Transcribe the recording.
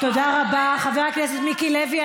תודה רבה לחבר הכנסת מיקי לוי.